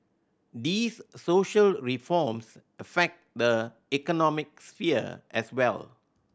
these social reforms affect the economic sphere as well